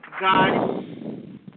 God